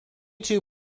two